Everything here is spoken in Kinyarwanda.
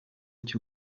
cyo